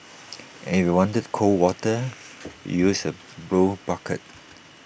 and if you wanted cold water you use the blue bucket